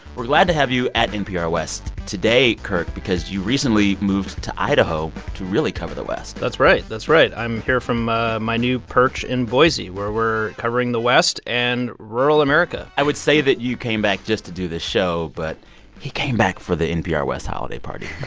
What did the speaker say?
we're glad to have you at npr west today, kirk, because you recently moved to idaho to really cover the west that's right. that's right. i'm here from ah my new perch in boise, where we're covering the west and rural america i would say that you came back just to do this show, but he came back for the npr west holiday party.